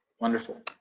Wonderful